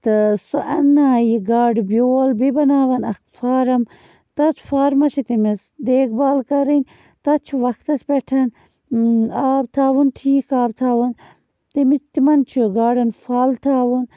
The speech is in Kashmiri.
تہٕ سۄ اَننایہِ گاڈٕ بیول بیٚیہِ بناوَن اَکھ فارَم تَتھ فارمَس چھِ تٔمِس دیکھ بال کرٕنۍ تَتھ چھُ وَقتس پٮ۪ٹھ آب تھاوُن ٹھیٖک آب تھاوُن تَمہِ تِمَن چھُ گاڈَن پھل تھاوُن